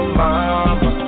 mama